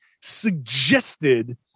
suggested